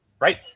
Right